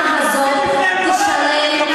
כל היום אתם מתרפסים.